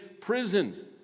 prison